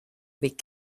bet